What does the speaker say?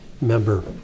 member